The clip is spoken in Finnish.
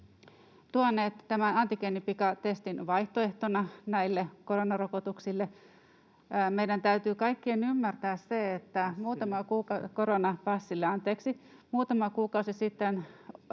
tuoneet antigeenipikatestin vaihtoehtona koronarokotuksille. Meidän täytyy kaikkien ymmärtää se, että muutama kuukausi sitten